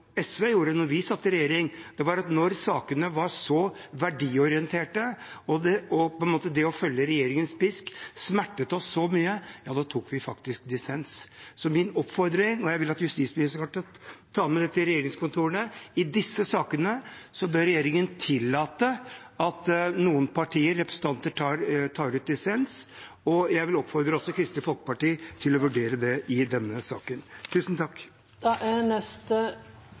SV gjorde, da vi satt i regjering? Det var at når sakene var så verdiorienterte og det å følge regjeringens pisk smertet oss så mye, da tok vi faktisk dissens. Så min oppfordring er – og jeg vil at justisministeren kan ta med dette til regjeringskontorene – at i disse sakene bør regjeringen tillate at noen partier og representanter tar dissens. Jeg vil oppfordre også Kristelig Folkeparti til å vurdere det i denne saken.